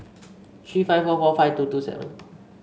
three five four four five two two seven